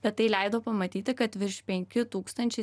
bet tai leido pamatyti kad virš penki tūkstančiai